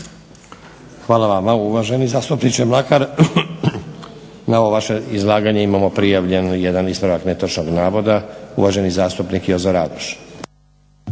Hvala vama uvaženi zastupniče Mlakar. Na ovo vaše izlaganje imamo prijavljen jedan ispravak netočnog navoda. Uvaženi zastupnik Jozo Radoš.